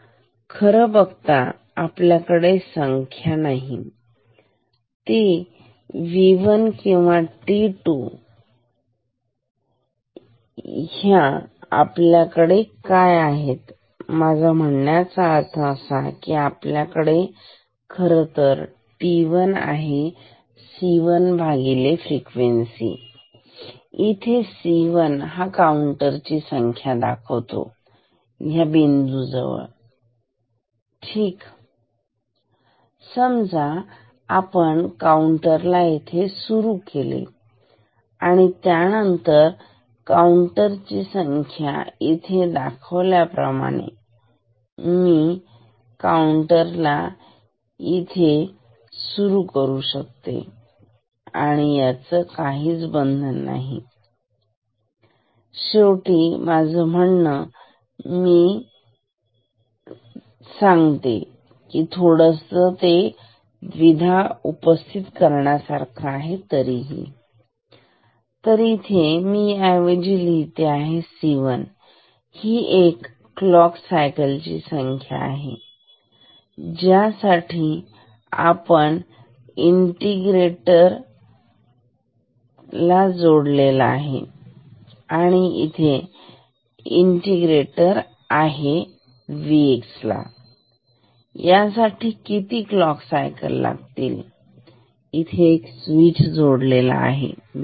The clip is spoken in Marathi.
तर खरं बघता आपल्याकडे संख्या नाही ती वन t1 किंवा t2 तर आपल्याकडे काय आहे माझा म्हणण्याचा अर्थ असा की आपल्याकडे खरंतर आहे t 1 C1 f इथे C1 हे काउंटर ची एक संख्या आहे या बिंदू जवळ ठीक समजा आपण काउंटरला येथे सुरू केले त्यानंतर काऊंटर ची संख्या इथे दाखवल्याप्रमाणे मी काउंटरला इथे सुरू करू शकते याचं काही बंधन नाही शेवटचं माझं म्हणणं मी खालीच करते थोडसं द्विधा उपस्थित करण्यासारखा आहे तर इथे मी ह्या ऐवजी लिहिते C1 ही एक क्लॉक सायकलची संख्या आहे ज्यासाठी आपण इंटिग्रेटरला जोडलेले आहे आणि इथे इंटिग्रेटर जोडलेले आहे Vx ला तर यासाठी किती क्लॉक सायकल असतील इथे एक स्वीच जोडला आहे Vx ला